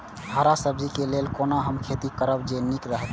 हरा सब्जी के लेल कोना हम खेती करब जे नीक रहैत?